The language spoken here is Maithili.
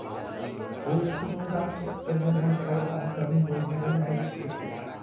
फुल कुनु गाछक प्रजनन करबाक अंग बुझल जाइ छै